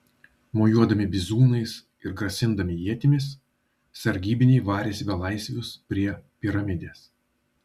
mojuodami bizūnais ir grasindami ietimis sargybiniai varėsi belaisvius prie piramidės